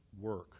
work